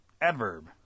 Adverb